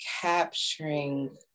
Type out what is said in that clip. capturing